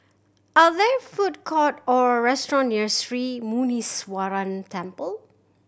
are there food court or restaurant near Sri Muneeswaran Temple